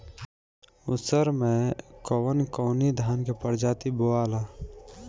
उसर मै कवन कवनि धान के प्रजाति बोआला?